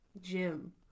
gym